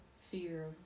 fear